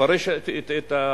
לפרש את המונח